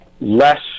less